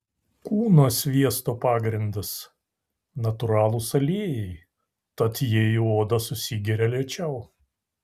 kūno sviesto pagrindas natūralūs aliejai tad jie į odą susigeria lėčiau